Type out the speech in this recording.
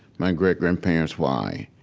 my great-grandparents, why.